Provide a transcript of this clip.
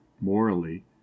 morally